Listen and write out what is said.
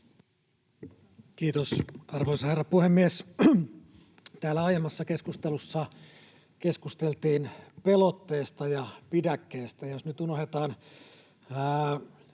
Kiitos, arvoisa herra puhemies! Täällä aiemmassa keskustelussa keskusteltiin pelotteesta ja pidäkkeestä, ja jos nyt unohdetaan